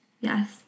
Yes